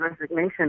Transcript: resignation